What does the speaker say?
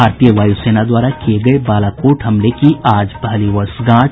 भारतीय वायूसेना द्वारा किये गये बालाकोट हमले की आज पहली वर्षगांठ